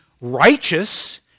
righteous